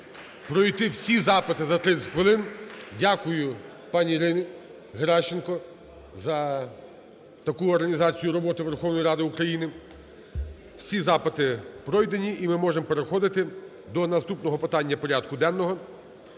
пройти всі запити за 30 хвилин. (Оплески) Дякую пані Ірині Геращенко за таку організацію роботи Верховної Ради України. Всі запити пройдені, і ми можемо переходити до наступного питання порядку денного.